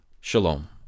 shalom